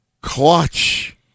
clutch